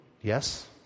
Yes